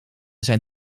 zijn